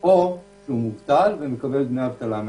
או שהוא מובטל ומקבל דמי אבטלה מהמדינה.